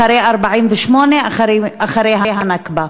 אחרי 1948, אחרי הנכבה?